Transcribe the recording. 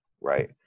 right